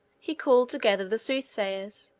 he called together the soothsayers,